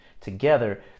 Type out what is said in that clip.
together